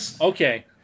Okay